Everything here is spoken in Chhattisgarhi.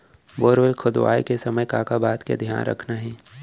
बोरवेल खोदवाए के समय का का बात के धियान रखना हे?